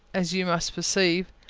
as you must perceive,